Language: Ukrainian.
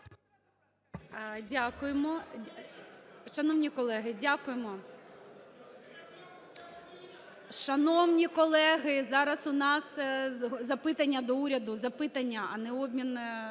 Дякуємо. Шановні колеги, дякуємо. ( Шум у залі) Шановні колеги, зараз у нас запитання до уряду, запитання, а не обмін